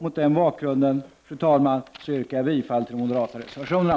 Mot denna bakgrund, fru talman, yrkar jag bifall till de moderata reservationerna.